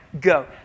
go